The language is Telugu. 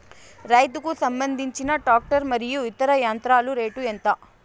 రైతుకు సంబంధించిన టాక్టర్ మరియు ఇతర యంత్రాల రేటు ఎంత?